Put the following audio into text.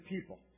people